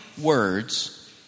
words